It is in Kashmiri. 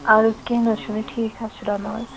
اَہَن حظ کیٚنٛہہ نہَ حظ چھُنہٕ ٹھیٖک حظ چھُ رَنو حظ